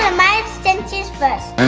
ah my extensions first.